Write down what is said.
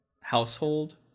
household